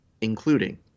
including